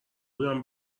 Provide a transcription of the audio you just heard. بودم